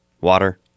Water